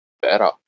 better